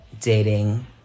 dating